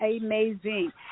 amazing